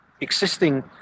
existing